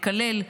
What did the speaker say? לקלל,